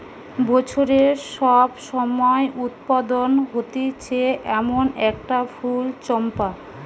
বছরের সব সময় উৎপাদন হতিছে এমন একটা ফুল চম্পা